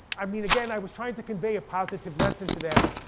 i mean again i was trying to convey a positive lesson to them.